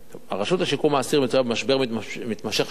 הרשות לשיקום האסיר מצויה במשבר מתמשך של שנים,